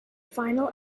final